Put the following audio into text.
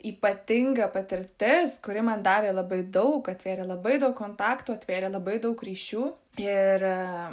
ypatinga patirtis kuri man davė labai daug atvėrė labai daug kontaktų atvėrė labai daug ryšių ir